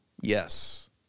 Yes